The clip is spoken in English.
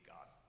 God